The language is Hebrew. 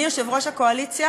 מר לפיד,